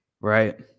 Right